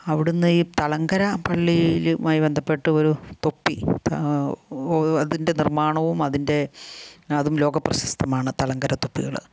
അവിടുന്ന് ഈ തളങ്കര പള്ളിയിലുമായി ബന്ധപ്പെട്ട് ഒരു തൊപ്പി അതിൻ്റെ നിർമ്മാണവും അതിൻ്റെ അതും ലോകപ്രശസ്തമാണ് തളങ്കര തൊപ്പികൾ